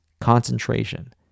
concentration